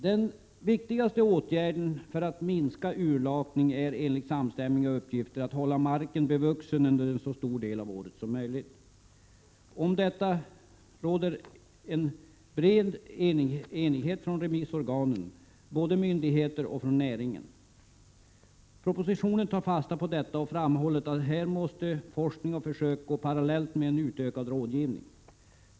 Den viktigaste åtgärden för att minska urlakning är enligt samstämmiga uppgifter att hålla marken bevuxen under en så stor del av året som möjligt. Om detta råder en bred enighet bland remissorganen — både i fråga om myndigheter och i fråga om näringen. Regeringen har i propositionen tagit fasta på detta och framhåller att forskning och försök här måste ske parallellt med en utökad rådgivning.